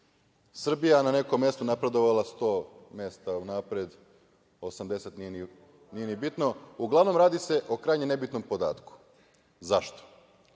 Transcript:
Srbija na nekom mestu napredovala 100 mesta unapred, 80, nije ni bitno. Uglavnom, radi se o krajnje nebitnom podatku. Zašto?